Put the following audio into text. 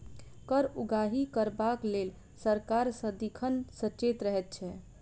कर उगाही करबाक लेल सरकार सदिखन सचेत रहैत छै